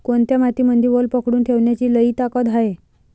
कोनत्या मातीमंदी वल पकडून ठेवण्याची लई ताकद हाये?